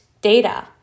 data